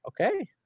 Okay